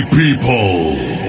people